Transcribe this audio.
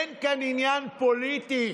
אין כאן עניין פוליטי.